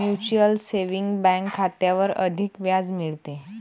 mutual saving bank खात्यावर अधिक व्याज मिळते